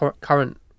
current